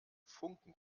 funken